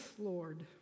Lord